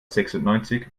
sechsundneunzig